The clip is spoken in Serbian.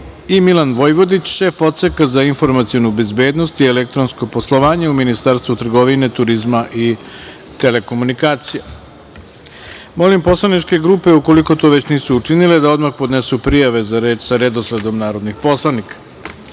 Milan Vojvodić, šef Odseka za informacionu bezbednost i elektronsko poslovanje u Ministarstvu trgovine, turizma i telekomunikacija. Molim poslaničke grupe, ukoliko to već nisu učinile da odmah podnesu prijave za reč sa redosledom narodnih